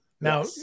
Now